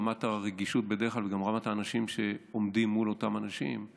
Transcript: בדרך כלל רמת הרגישות וגם רמת האנשים שעומדים מול אותם נפגעים,